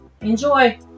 enjoy